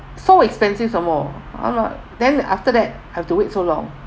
so expensive some more then after that I have to wait so long